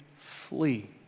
flee